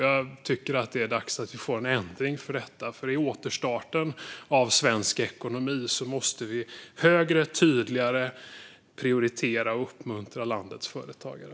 Jag tycker att det är dags att vi får en ändring på detta, för i återstarten av svensk ekonomi måste vi högre och tydligare prioritera och uppmuntra landets företagare.